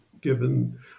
given